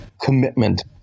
commitment